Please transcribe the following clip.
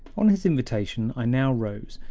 on his invitation i now rose,